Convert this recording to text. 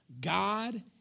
God